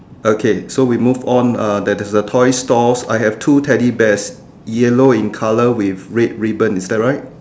okay so we move on uh there's a toys stores I have two teddy bears yellow in colour with red ribbon is that right